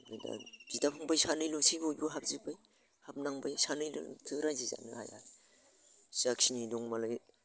ओमफ्राय दा बिदा फंबाय सानैल'सै बयबो हाबजोब्बाय हाबनांबाय सानैजोंथ' रायजो जानो हाया जाखिनि दं मालाय